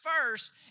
first